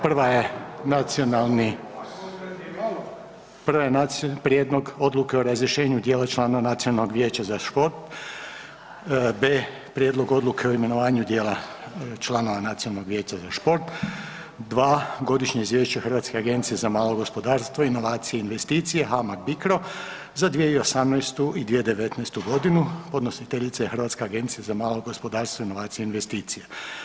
Prva je Nacionalni, Prijedlog Odluke o razrješenju dijela člana Nacionalnog vijeća za šport, b) Prijedlog Odluke o imenovanju dijela članova Nacionalnog vijeća za šport, 2) Godišnje Izvješće Hrvatske agencije za malo gospodarstvo, inovacije i investicije-HAMAG Bicro za 2018. i 2019. g. Podnositeljica je Hrvatska agencija za malo gospodarstvo, inovacije i investicije.